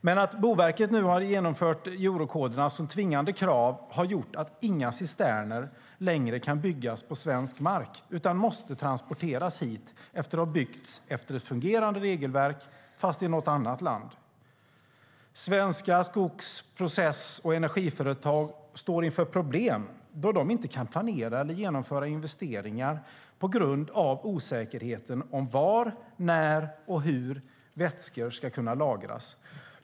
Men att Boverket nu har genomfört eurokoderna som tvingande krav har gjort att inga cisterner längre kan byggas på svensk mark utan måste transporteras hit efter att ha byggts efter ett fungerande regelverk i något annat land. Svenska skogs, process och energiföretag står inför problem då de inte kan planera eller genomföra investeringar på grund av osäkerheten om var, när och hur vätskor ska kunna lagras.